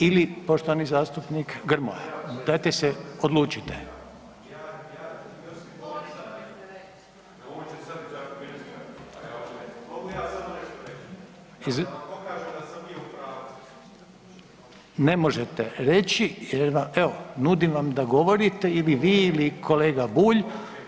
ili poštovani zastupnik Grmoja, dajte se odlučite. … [[Upadica se ne razumije.]] ne možete reći evo nudim vam da govorite ili vi ili kolega Bulj.